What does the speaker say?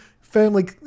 Firmly